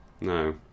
No